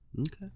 Okay